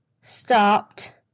stopped